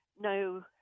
no